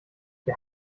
wer